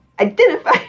Identify